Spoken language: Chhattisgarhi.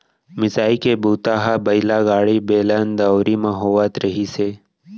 मिसाई के बूता ह बइला गाड़ी, बेलन, दउंरी म होवत रिहिस हे